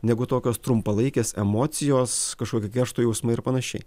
negu tokios trumpalaikės emocijos kažkokio keršto jausmai ir panašiai